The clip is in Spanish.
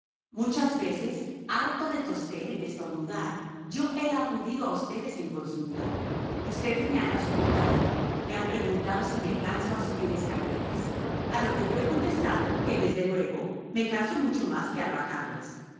muchas veces harto de toser y de estornudar yo he acudido a ustedes en consulta ustedes me han auscultado me han preguntado si me canso al subir escaleras a lo que yo he contestado que desde luego me canso mucho más que al bajarlas